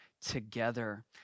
together